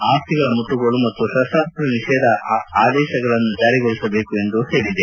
ಆಸ್ತಿಗಳ ಮುಟ್ಟುಗೋಲು ಮತ್ತು ಶಸ್ತಾಸ್ತ್ರ ನಿಷೇಧ ಆದೇಶಗಳನ್ನು ಜಾರಿಗೊಳಿಸಬೇಕು ಎಂದು ಹೇಳಿದೆ